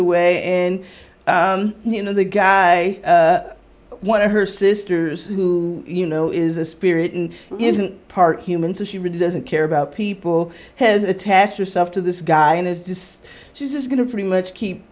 in you know the guy one of her sisters who you know is a spirit and isn't part human so she really doesn't care about people has attached herself to this guy and is just she's just going to pretty much keep